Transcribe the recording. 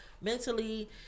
mentally